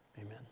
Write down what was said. amen